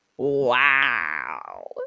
Wow